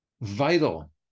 vital